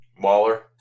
Waller